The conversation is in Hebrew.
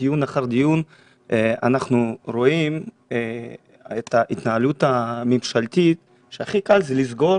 דיון אחר דיון אנחנו רואים את ההתנהלות הממשלתית שהכי קל זה לסגור